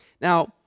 Now